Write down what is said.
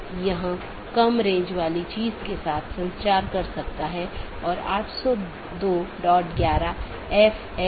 इसलिए इसमें केवल स्थानीय ट्रैफ़िक होता है कोई ट्रांज़िट ट्रैफ़िक नहीं है